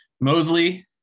Mosley